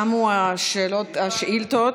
תמו השאילתות.